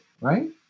right